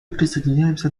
присоединяемся